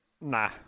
nah